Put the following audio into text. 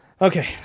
Okay